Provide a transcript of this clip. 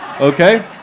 okay